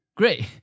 Great